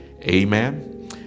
Amen